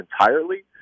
entirely